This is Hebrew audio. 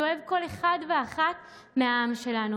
שאוהב כל אחד ואחת מעם ישראל,